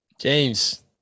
James